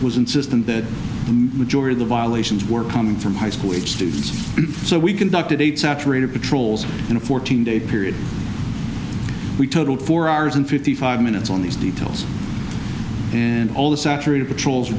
was insistent that the majority of the violations were coming from high school age students so we conducted a saturated patrols in a fourteen day period we totaled four hours and fifty five minutes on these details and all the saturated patrols